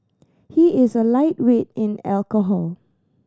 he is a lightweight in alcohol